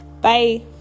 Bye